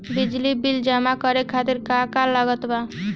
बिजली बिल जमा करे खातिर का का लागत बा?